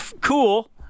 cool